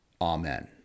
Amen